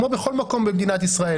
כמו בכל מקום במדינת ישראל,